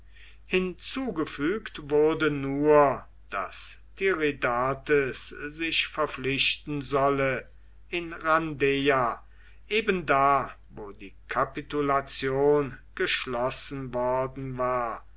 hinzugefügt wurde nur daß tiridates sich verpflichten solle in rhandeia eben da wo die kapitulation geschlossen worden war